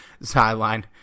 sideline